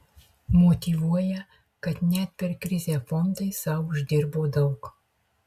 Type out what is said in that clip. motyvuoja kad net per krizę fondai sau uždirbo daug